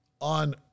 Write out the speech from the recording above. on